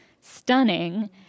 stunning